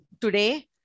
today